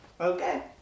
Okay